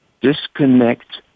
disconnect